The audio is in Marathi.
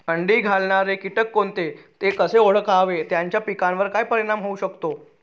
अंडी घालणारे किटक कोणते, ते कसे ओळखावे त्याचा पिकावर काय परिणाम होऊ शकतो?